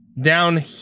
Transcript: Down